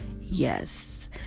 yes